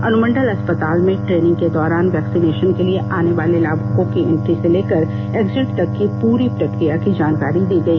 अनुमंडल अस्पताल में ट्रेनिंग के दौरान वैक्सीनेशन के लिए आने वाले लाभुकों की एंट्री से लेकर एग्जिट तक की पूरी प्रक्रिया की जानकारी दी गई